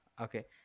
okay